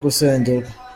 gusengerwa